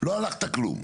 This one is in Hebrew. לא הלכת כלום.